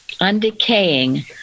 undecaying